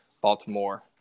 Baltimore